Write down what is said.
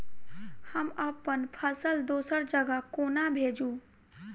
हम अप्पन फसल दोसर जगह कोना भेजू?